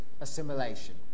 assimilation